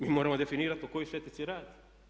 Mi moramo definirati o kojoj se etici radi?